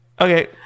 Okay